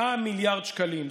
100 מיליארד שקלים,